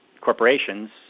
corporations